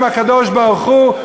העם עם הקדוש-ברוך-הוא.